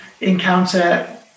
encounter